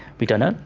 we don't know.